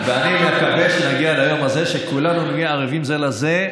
אני מקווה שנגיע ליום הזה שכולנו נהיה ערֵבים זה לזה,